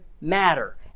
matter